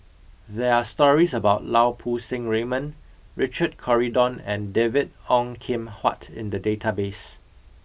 there are stories about Lau Poo Seng Raymond Richard Corridon and David Ong Kim Huat in the database